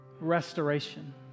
restoration